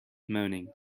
moaning